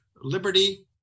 liberty